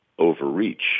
overreach